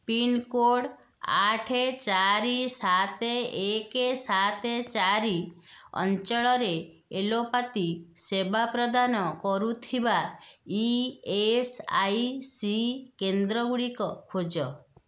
pincode ଆଠ ଚାରି ସାତ ଏକ ସାତ ଚାରି ଅଞ୍ଚଳରେ ଆଲୋପାତି ସେବା ପ୍ରଦାନ କରୁଥିବା ଇ ଏସ୍ ଆଇ ସି କେନ୍ଦ୍ର ଗୁଡ଼ିକ ଖୋଜ